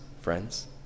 friends